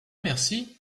merci